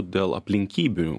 dėl aplinkybių